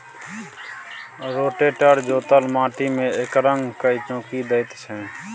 rotator जोतल माटि मे एकरंग कए चौकी दैत छै